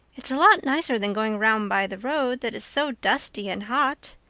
it's a lot nicer than going round by the road that is so dusty and hot,